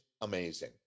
amazing